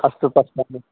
अस्तु पश्यामि